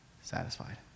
Satisfied